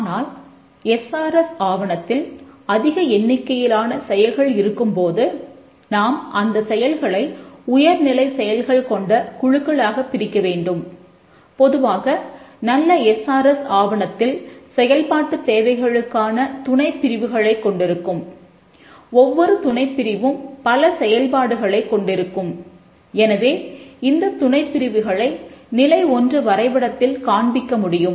ஆனால் எஸ்ஆர்எஸ் கண்டறிய முடியும்